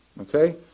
Okay